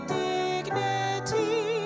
dignity